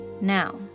Now